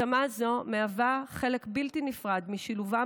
התאמה זו היא חלק בלתי נפרד משילובם